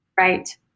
Right